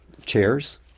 chairs